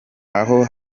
aho